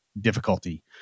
difficulty